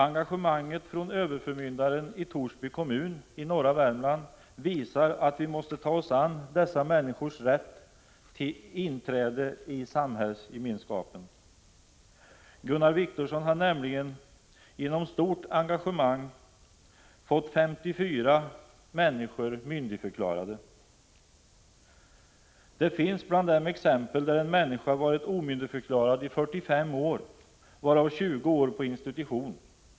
Engagemanget från överförmyndaren i Torsby kommun i norra Värmland visar att vi måste ta oss an dessa människors rätt till inträde i samhällsgemenskapen. Gunnar Wiktorsson har nämligen genom stort engagemang fått 54 människor myndigförklarade. Det finns bland dem exempel där en människa varit omyndigförklarad i 45 år, varav 20 år på institution.